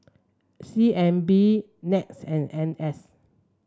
C N B NETS and N S